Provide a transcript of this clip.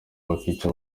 bakica